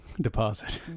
deposit